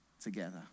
together